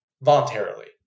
voluntarily